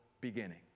beginning